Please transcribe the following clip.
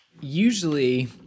Usually